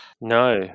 No